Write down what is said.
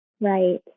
Right